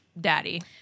Daddy